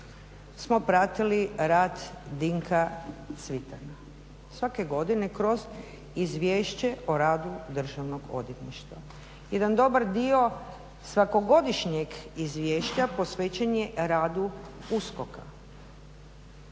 smo pratili rad Dinka Cvitana. Svake godine kroz Izvješće o radu Državnog odvjetništva. Jedan dobar dio svakogodišnjeg izvješća posvećen je radu USKOK-a.